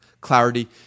clarity